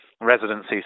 residency